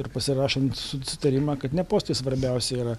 ir pasirašant susitarimą kad ne postai svarbiausia yra